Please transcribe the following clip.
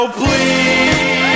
please